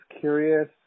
curious